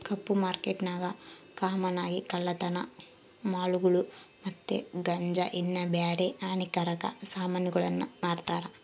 ಕಪ್ಪು ಮಾರ್ಕೆಟ್ನಾಗ ಕಾಮನ್ ಆಗಿ ಕಳ್ಳತನ ಮಾಲುಗುಳು ಮತ್ತೆ ಗಾಂಜಾ ಇನ್ನ ಬ್ಯಾರೆ ಹಾನಿಕಾರಕ ಸಾಮಾನುಗುಳ್ನ ಮಾರ್ತಾರ